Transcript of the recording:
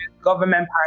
government